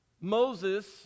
Moses